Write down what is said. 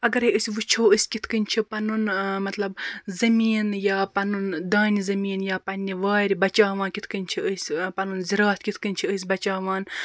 اَگَر أسۍ وٕچھو أسۍ کِتھ کنۍ چھِ پَنُن مَطلَب زمیٖن یا پَنُن دانہِ زمیٖن یا پَننہِ وارِ بَچاوان کِتھ کَنۍ چھِ أسۍ یا پَنُن زِراعت کِتھ کنۍ چھِ أسۍ بَچاوان